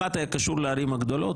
אחד היה קשור לערים הגדולות,